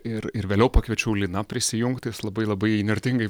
ir ir vėliau pakviečiau liną prisijungti jis labai labai įnirtingai